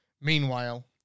Meanwhile